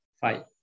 Five